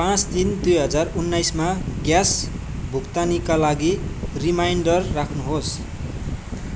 पाँच तिन दुई हजार उन्नाइसमा ग्यास भुक्तानीका लागि रिमाइन्डर राख्नु होस्